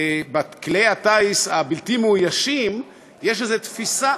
בכלי הטיס הבלתי-מאוישים יש איזו תפיסה,